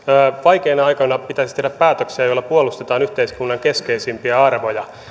vaikeina aikoina pitäisi tehdä päätöksiä joilla puolustetaan yhteiskunnan keskeisimpiä arvoja